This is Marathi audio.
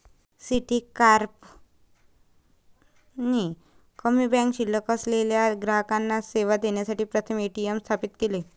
सिटीकॉर्प ने कमी बँक शिल्लक असलेल्या ग्राहकांना सेवा देण्यासाठी प्रथम ए.टी.एम स्थापित केले